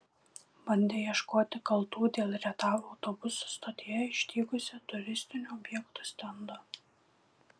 bandė ieškoti kaltų dėl rietavo autobusų stotyje išdygusio turistinių objektų stendo